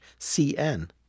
cn